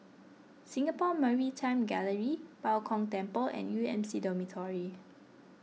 Singapore Maritime Gallery Bao Gong Temple and U M C Dormitory